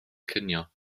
cinio